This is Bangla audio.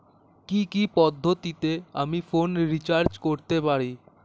কি কি পদ্ধতিতে আমি ফোনে রিচার্জ করতে পারি?